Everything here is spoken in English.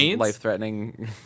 Life-threatening